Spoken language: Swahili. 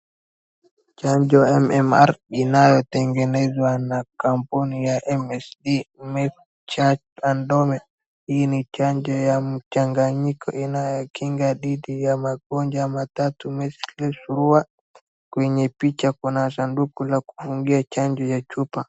Chanjo MMR , inayotengenezwa na kampuni ya MSD , Merck Sharp & Dohme . Hii ni chanjo ya mchanganyiko inayokinga dhidi ya magonjwa matatu: measles surua. Kwenye picha, kuna sanduku la kufungia chanjo ya chupa.